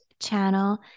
channel